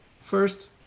First